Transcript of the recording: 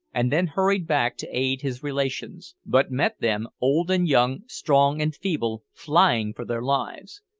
and then hurried back to aid his relations, but met them old and young, strong and feeble flying for their lives.